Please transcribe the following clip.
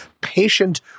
patient